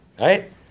right